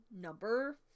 Number